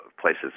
places